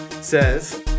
says